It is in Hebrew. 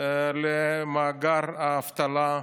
למאגר האבטלה,